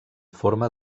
forma